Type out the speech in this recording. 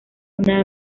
una